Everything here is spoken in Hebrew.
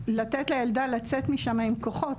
המטרה שלנו היא לתת לילדה לצאת משם עם כוחות